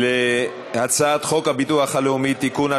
על הצעת חוק הביטוח הלאומי (תיקון,